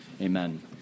amen